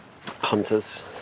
hunters